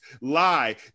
Lie